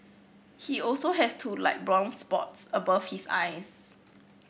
he also has two light brown spots above his eyes